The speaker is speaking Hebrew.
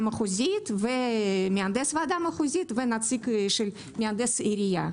מחוזית ומהנדס ועדה מחוזית ונציג של מהנדס עירייה,